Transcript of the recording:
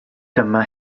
dyma